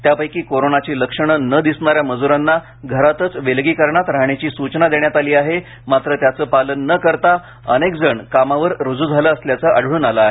त्यापैकी कोरोनाची लक्षणे न दिसणाऱ्या मजुरांना घरातच विलगीकरणात राहण्याची सूचना देण्यात आली आहे मात्र त्याचे पालन न मारता अनेकजण कामावर रूज् झाले असल्याचंही आढळून आलं आहे